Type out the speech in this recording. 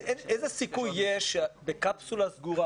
איזה סיכוי יש שבקפסולה סגורה,